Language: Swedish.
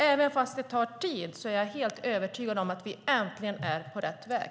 Även om det tar tid är jag helt övertygad om att vi äntligen är på rätt väg.